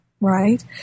right